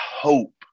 hope